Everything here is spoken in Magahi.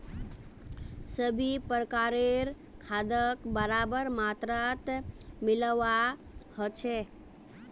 सभी प्रकारेर खादक बराबर मात्रात मिलव्वा ह छेक